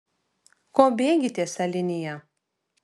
ko bėgi tiesia linija